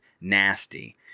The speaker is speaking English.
nasty